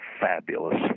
fabulous